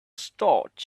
start